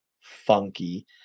funky